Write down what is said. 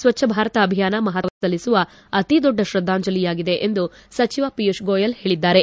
ಸ್ವಚ್ದ ಭಾರತ ಅಭಿಯಾನ ಮಹಾತ್ಮಾಗಾಂಧಿ ಅವರಿಗೆ ಸಲ್ಲಿಸುವ ಅತೀ ದೊಡ್ಡ ಶ್ರದ್ದಾಂಜಲಿಯಾಗಿದೆ ಎಂದು ಸಚಿವ ಪಿಯೂಷ್ ಗೋಯಲ್ ಹೇಳಿದ್ದಾರೆ